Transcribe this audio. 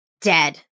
dead